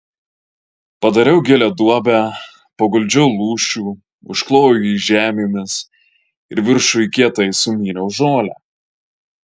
padariau gilią duobę paguldžiau lūšių užklojau jį žemėmis ir viršuj kietai sumyniau žolę